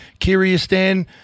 Kyrgyzstan